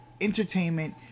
entertainment